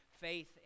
faith